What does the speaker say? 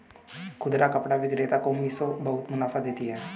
खुदरा कपड़ा विक्रेता को मिशो बहुत मुनाफा देती है